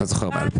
לא זוכר.